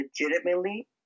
legitimately